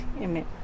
Amen